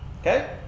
okay